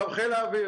עכשיו חיל האוויר